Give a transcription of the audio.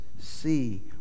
see